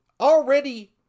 already